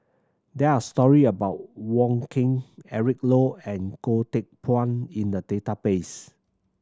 there are story about Wong Keen Eric Low and Goh Teck Phuan in the database